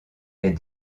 est